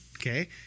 Okay